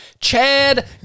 Chad